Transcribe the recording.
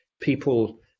people